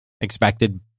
expected